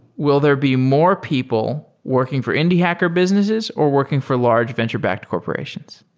will there be more people working for indie hacker businesses or working for large venture-backed corporations?